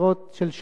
ועבירות של שוחד,